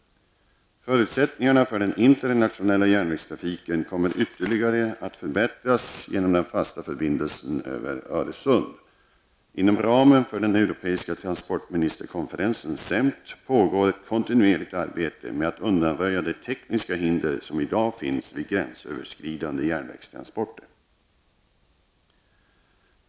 Förutsättningarna för den internationella järnvägstrafiken kommer ytterligare att förbättras genom den fasta förbindelsen över Öresund. Inom ramen för den europeiska transportminsterkonferensen, CEMT, pågår ett kontinuerligt arbete med att undanröja de tekniska hinder som i dag finns vid gränsöverskridande järnvägstransporter.